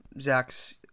Zach's